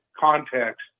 context